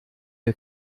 ihr